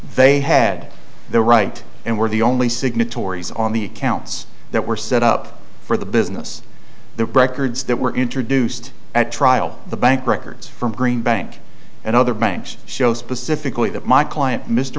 they had the right and were the only signatories on the accounts that were set up for the business the records that were introduced at trial the bank records from green bank and other banks show specifically that my client mr